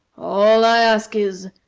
all i ask is,